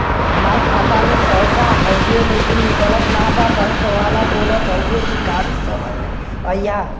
हमार खाता में पैसा हवुवे लेकिन निकलत ना बा बैंक वाला बोलत हऊवे की खाली समय में अईहा